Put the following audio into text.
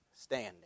standing